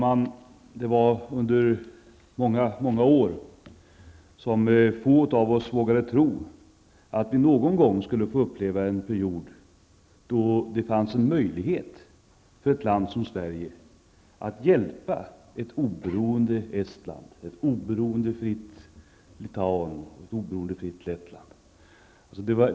Fru talman! Under många år var det få av oss som vågade tro att vi någon gång skulle få uppleva en period då det fanns en möjlighet för ett land som Sverige att hjälpa ett oberoende och fritt Estland, ett oberoende och fritt Litauen och ett oberoende och fritt Lettland.